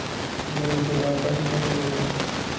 Google Pay द्वारा पैसे कैसे भेजें?